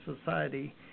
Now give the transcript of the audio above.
society